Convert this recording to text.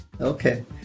Okay